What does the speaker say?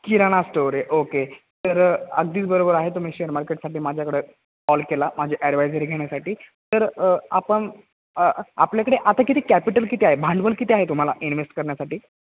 किराणा store आहे okay तर अगदीच बरोबर आहे तुम्ही शेअर मार्केटसाठी माझ्याकडे कॉल केला माझी ॲडवायझरी घेण्यासाठी तर आपण आपल्याकडे आता किती कॅपिटल किती आहे भांडवल किती आहे तुम्हाला इन्व्हेस्ट करण्यासाठी